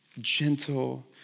gentle